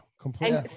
completely